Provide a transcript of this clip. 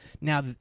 Now